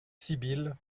sibylle